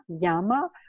yama